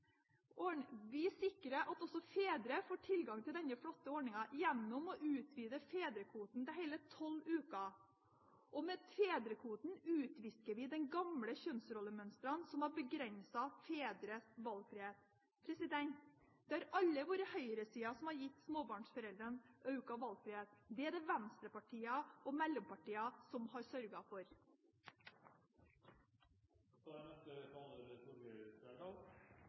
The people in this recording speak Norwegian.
bedre. Vi sikrer at også fedre får tilgang til denne flotte ordningen gjennom å utvide fedrekvoten til hele tolv uker. Og med fedrekvoten utvisker vi de gamle kjønnsrollemønstrene som har begrenset fedres valgfrihet. Det har aldri vært høyresida som har gitt småbarnsforeldrene økt valgfrihet. Det er det venstrepartiene og mellompartiene som har